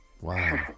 Wow